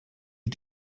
est